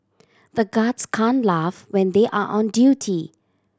the guards can laugh when they are on duty